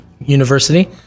University